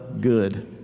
good